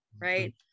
right